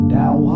now